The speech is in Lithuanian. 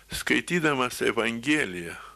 skaitydamas evangeliją